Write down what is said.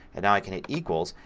and now i can hit equals.